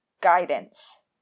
guidance